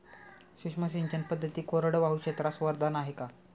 सूक्ष्म सिंचन पद्धती कोरडवाहू क्षेत्रास वरदान आहे का?